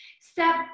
Step